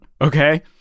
Okay